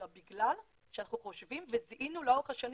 אלא בגלל שאנחנו חושבים וזיהינו לאורך השנים,